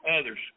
Others